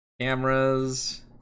cameras